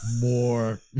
More